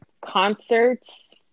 concerts